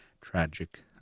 tragic